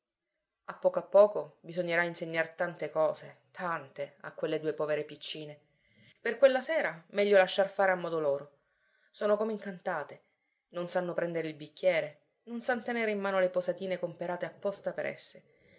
a poco a poco bisognerà insegnar tante cose tante a quelle due povere piccine per quella prima sera meglio lasciarle fare a modo loro sono come incantate non sanno prendere il bicchiere non san tenere in mano le posatine comperate apposta per esse